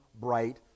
bright